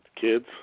kids